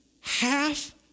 Half